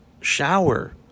Shower